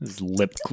Lip